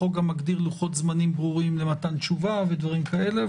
החוק גם מגדיר לוחות זמנים ברורים למתן תשובה ודברים כאלה.